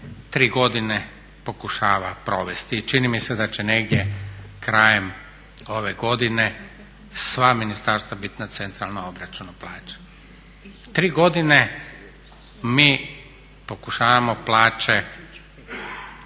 tri godine pokušava provesti i čini mi se da će negdje krajem ove godine sva ministarstva biti na centralnom obračunu plaća. Tri godine mi pokušavamo plaće